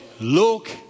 look